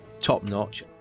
top-notch